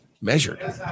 measured